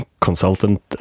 consultant